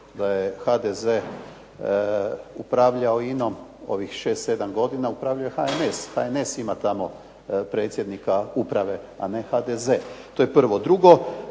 HNS